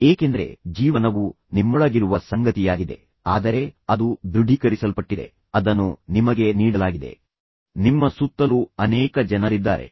ಏಕೆಂದರೆ ಜೀವನವು ನಿಮ್ಮೊಳಗಿರುವ ಸಂಗತಿಯಾಗಿದೆ ಆದರೆ ಅದು ದೃಢೀಕರಿಸಲ್ಪಟ್ಟಿದೆ ಅದನ್ನು ನಿಮಗೆ ನೀಡಲಾಗಿದೆ ನಿಮ್ಮ ಸುತ್ತಲೂ ಅನೇಕ ಜನರಿದ್ದಾರೆ